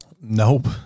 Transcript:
Nope